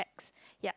yup